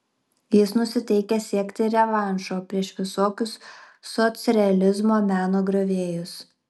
jis nusiteikęs siekti revanšo prieš visokius socrealizmo meno griovėjus